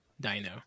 Dino